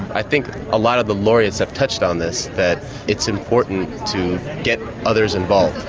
i think a lot of the laureates have touched on this, that it's important to get others involved,